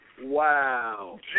Wow